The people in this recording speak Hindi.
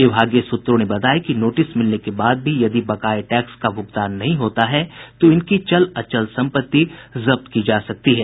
विभागीय सूत्रों ने बताया कि नोटिस मिलने के बाद भी यदि बकाये टैक्स का भुगतान नहीं होता है तो इनकी चल अचल संपत्ति जब्त की जा सकती है